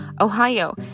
Ohio